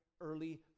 early